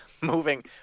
moving